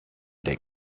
der